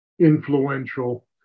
influential